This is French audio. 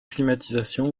climatisation